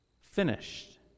finished